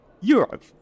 Europe